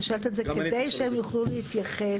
שואלת את זה כדי שהם יוכלו להתייחס.